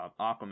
Aquaman